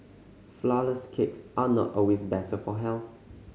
flourless cakes are not always better for health